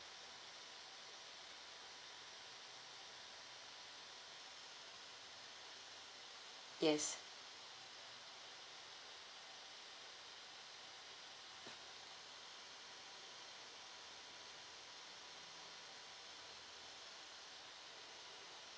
yes